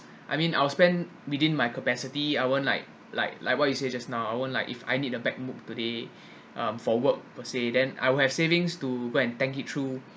I mean I'll spend within my capacity I won't like like like what you say just now I won't like if I need a back today um for work per se then I will have savings to go and tank it through